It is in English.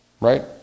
Right